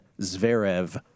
Zverev